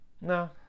No